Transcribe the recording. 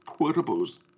portables